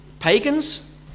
Pagans